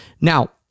Now